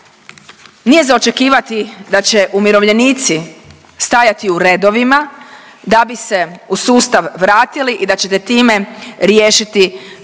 Nije za očekivati da će umirovljenici stajati u redovima da bi se u sustav vratili i da ćete time riješiti problem